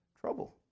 trouble